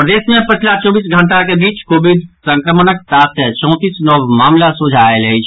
प्रदेश मे पछिला चौबीस घंटाक बीच कोविड संक्रमणक सात सय चौंतीस नव मामिला सोझा आयल अछि